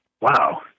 wow